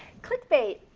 clickbait,